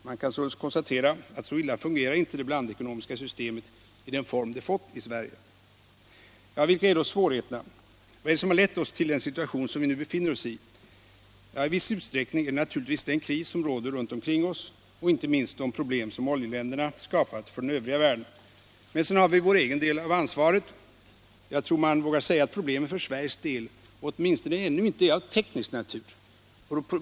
Man kan således konstatera att så illa fungerar inte det blandekonomiska systemet i den form det har fått i Sverige. Vilka är då de svenska svårigheterna? Vad är det som har lett oss till den situation som vi nu befinner oss i? Ja, i viss utsträckning är det naturligtvis den kris som råder runt omkring oss och inte minst de problem som oljeländerna har skapat för den övriga världen. Men sedan har vi vår egen del av ansvaret. Jag tror man vågar säga att problemen inte för Sveriges del, åtminstone inte ännu, är av teknisk natur.